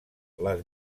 les